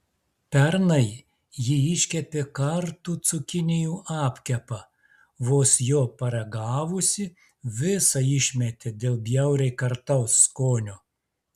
pernai ji iškepė kartų cukinijų apkepą vos jo paragavusi visą išmetė dėl bjauriai kartaus skonio